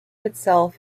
itself